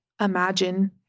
imagine